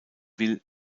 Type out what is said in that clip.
will